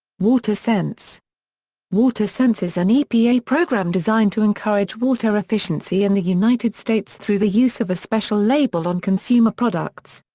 watersense watersense is an epa program designed to encourage water efficiency in the united states through the use of a special label on consumer products.